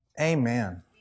Amen